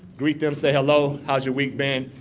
greet them, say hello, how's your week been?